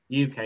uk